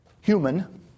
human